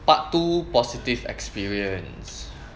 part two positive experience